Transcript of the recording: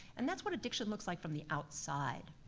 and that's what addiction looks like from the outside.